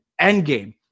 Endgame